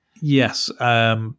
Yes